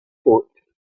foot